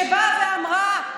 שבאה ואמרה: